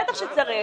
בטח שצריך.